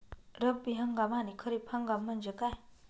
रब्बी हंगाम आणि खरीप हंगाम म्हणजे काय?